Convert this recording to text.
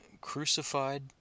crucified